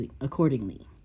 accordingly